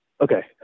Okay